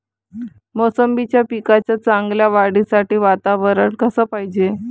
मोसंबीच्या पिकाच्या चांगल्या वाढीसाठी वातावरन कस पायजे?